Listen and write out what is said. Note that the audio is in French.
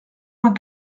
vingt